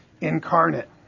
incarnate